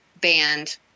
band